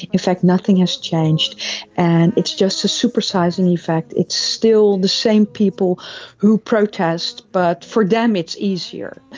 in fact nothing has changed and it's just a super-sizing effect, it's still the same people who protest, but for them it's easier.